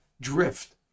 drift